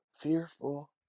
fearful